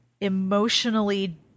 emotionally